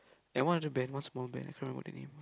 and one other band one small band cannot remember the name